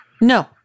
No